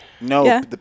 No